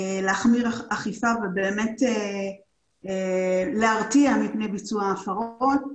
להחמיר אכיפה ובאמת להרתיע מפני ביצוע הפרות.